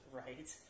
right